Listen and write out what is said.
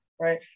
right